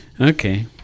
Okay